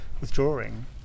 withdrawing